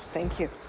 thank you.